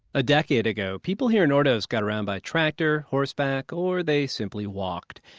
a decade ago, people here in ordos got around by tractor, horseback or they simply walked.